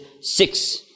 six